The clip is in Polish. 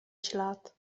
ślad